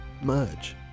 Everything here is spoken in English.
merge